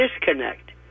disconnect